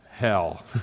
hell